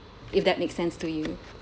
if that makes sense to you